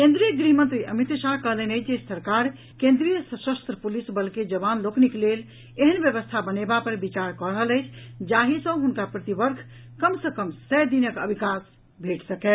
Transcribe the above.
केन्द्रीय गृहमंत्री अमित शाह कहलनि अछि जे सरकार केन्द्रीय सशस्त्र पुलिस बल के जवान लोकनिक लेल एहेन व्यवस्था बनेबा पर विचार कऽ रहल अछि जाहि सँ हुनका प्रतिवर्ष कम सँ कम सय दिनक अवकाश भेटि सकय